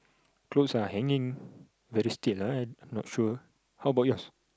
clothes are hanging very still ah not sure